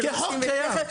כי החוק קיים.